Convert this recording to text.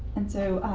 and so,